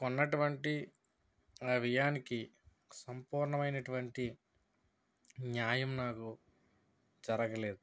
కొన్నటువంటి ఆ వ్యయానికి సంపూర్ణమైనటువంటి న్యాయం నాకు జరగలేదు